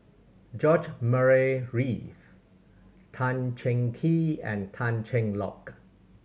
George Murray Reith Tan Cheng Kee and Tan Cheng Lock